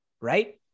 Right